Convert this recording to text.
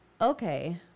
okay